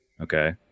Okay